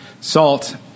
Salt